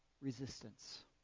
resistance